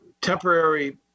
temporary